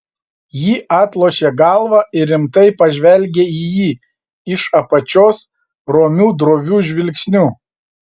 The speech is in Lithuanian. ji atlošė galvą ir rimtai pažvelgė į jį iš apačios romiu droviu žvilgsniu